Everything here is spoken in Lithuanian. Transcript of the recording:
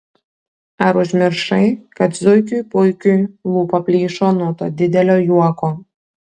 ar užmiršai kad zuikiui puikiui lūpa plyšo nuo to didelio juoko